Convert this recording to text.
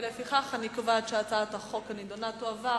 לפיכך אני קובעת שהצעת החוק הנדונה תועבר